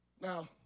Now